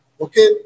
Okay